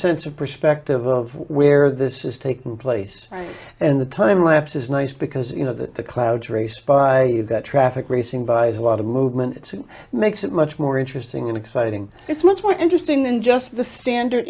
sense of perspective of where this is taking place and the time lapse is nice because you know that the clouds raced by got traffic racing buys a lot of movement it makes it much more interesting and exciting it's much more interesting than just the standard